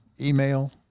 email